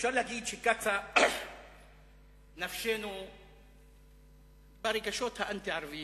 אפשר להגיד שקצה נפשנו ברגשות האנטי-ערביים.